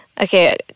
Okay